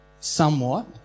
somewhat